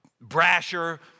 brasher